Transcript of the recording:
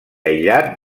aïllat